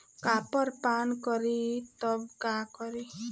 Copper पान करी तब का करी?